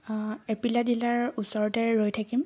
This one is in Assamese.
এপ্ৰিলিয়া ডিলাৰ ওচৰতে ৰৈ থাকিম